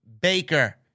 Baker